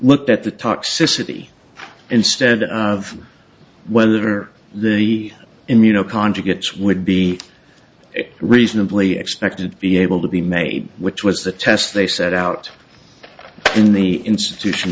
look at the toxicity instead of whether the immuno conjugates would be reasonably expected to be able to be made which was the test they set out in the institution